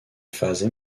phases